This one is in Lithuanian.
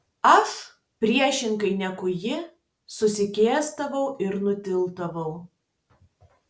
aš priešingai negu ji susigėsdavau ir nutildavau